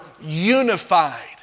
unified